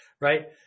right